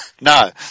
No